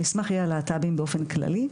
זאת אומרת המסמך יהיה על להט"בים באופן כללי,